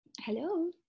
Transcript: Hello